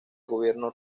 gobierno